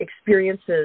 experiences